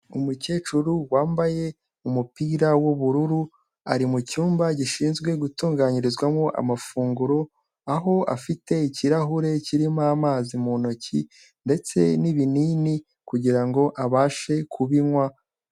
Umukecuru wambaye umupira w'ubururu, ari mu cyumba gishinzwe gutunganyirizwamo amafunguro, aho afite ikirahure kirimo amazi mu ntoki ndetse n'ibinini kugira ngo abashe kubinywa.